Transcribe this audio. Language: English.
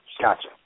Gotcha